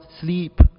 sleep